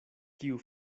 kiu